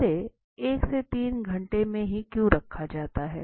इसे 1 से 3 घंटे में ही क्यों रखा जाता है